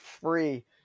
free